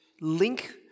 link